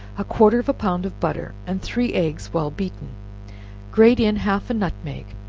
a quarter of a pound of butter, and three eggs well beaten grate in half a nutmeg,